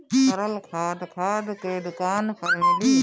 तरल खाद खाद के दुकान पर मिली